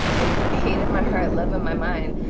like hate in my heart. love on my mind.